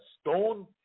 stone